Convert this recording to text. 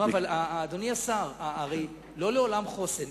אדוני השר, הרי לא לעולם חוסן.